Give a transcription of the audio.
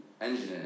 engine